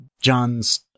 John's